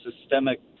systemic